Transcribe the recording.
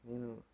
నేను